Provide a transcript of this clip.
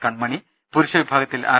കൺമണി പുരുഷ വിഭാഗത്തിൽ ആർ